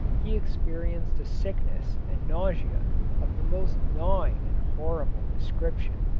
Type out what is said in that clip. he experienced a sickness and nausea of the most gnawing and horrible description.